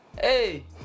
Hey